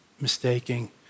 mistaking